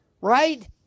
Right